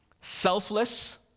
selfless